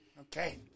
Okay